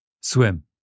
swim